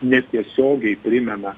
netiesiogiai primena